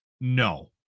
no